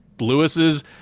Lewis's